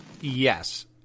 Yes